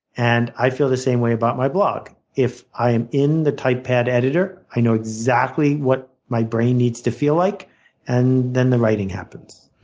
and i feel the same way about my blog. if i am in the typepad editor, i know exactly what my brain needs to feel like and then the writing happens.